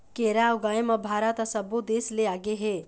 केरा ऊगाए म भारत ह सब्बो देस ले आगे हे